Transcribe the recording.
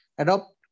Adopt